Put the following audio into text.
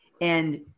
and-